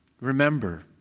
Remember